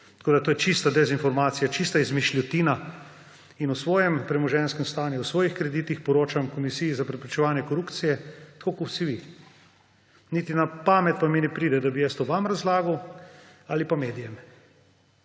Tako da to je čista dezinformacija, čista izmišljotina. O svojem premoženjskem stanju, o svojih kreditih poročam Komisiji za preprečevanje korupcije tako kot vsi vi. Niti na pamet pa mi ne pride, da bi jaz to razlagal vam ali pa medijem.